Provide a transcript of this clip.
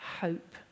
hope